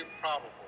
probable